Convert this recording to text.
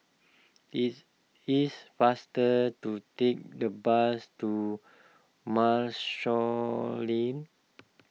is it's faster to take the bus to Marshall Lane